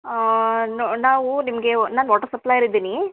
ನೊ ನಾವು ನಿಮಗೆ ನಾನು ವಾಟ್ರ್ ಸಪ್ಲಾಯರ್ ಇದ್ದೀನಿ